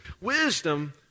wisdom